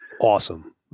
awesome